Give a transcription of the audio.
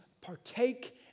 partake